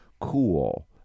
Cool